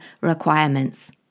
requirements